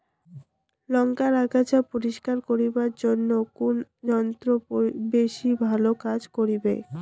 লংকার আগাছা পরিস্কার করিবার জইন্যে কুন যন্ত্র বেশি ভালো কাজ করিবে?